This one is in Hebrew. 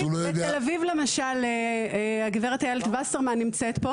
הוא לא יודע --- למשל: בתל-אביב והגברת איילת וסרמן נמצאת פה